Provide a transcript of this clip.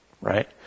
Right